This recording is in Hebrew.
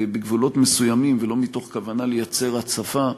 בגבולות מסוימים ולא מתוך כוונה לייצר הצפה,